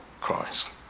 Christ